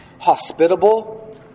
hospitable